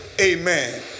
Amen